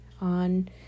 on